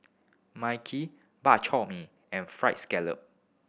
mai kee Bak Chor Mee and fry scallop